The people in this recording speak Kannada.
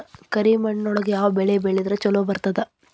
ಕರಿಮಣ್ಣೊಳಗ ಯಾವ ಬೆಳಿ ಬೆಳದ್ರ ಛಲೋ ಬರ್ತದ?